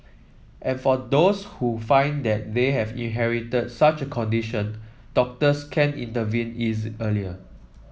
and for those who find that they have inherited such a condition doctors can intervene easy early